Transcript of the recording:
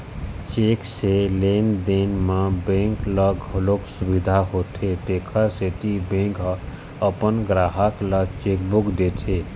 cheque से लेन देन म बेंक ल घलोक सुबिधा होथे तेखर सेती बेंक ह अपन गराहक ल चेकबूक देथे